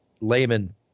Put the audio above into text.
layman